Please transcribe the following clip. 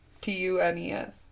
T-U-N-E-S